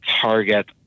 target